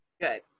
Good